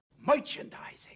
Merchandising